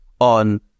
on